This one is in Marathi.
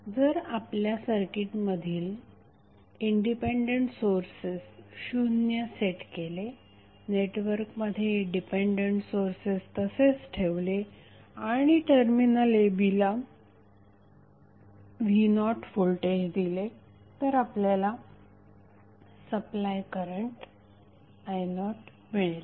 जर आपल्या सर्किट मधील इंडिपेंडंट सोर्सेस शून्य सेट केले नेटवर्कमध्ये डिपेंडंट सोर्सेस तसेच ठेवले आणि टर्मिनल a b ला v0व्होल्टेज दिले तर आपल्याला सप्लाय करंटi0मिळेल